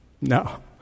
No